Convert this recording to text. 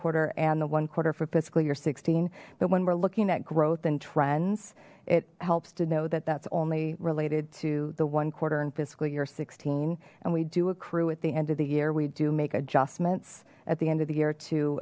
quarter and the one quarter for fiscal year sixteen but when we're looking at growth and trends it helps to know that that's only related to the one quarter in fiscal year sixteen and we do accrue at the end of the year we do make adjustments at the end of the year to